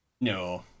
No